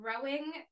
growing